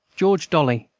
george dolly,